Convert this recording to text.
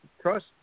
trust